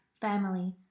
family